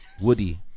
Woody